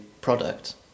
product